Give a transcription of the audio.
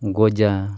ᱜᱚᱡᱟ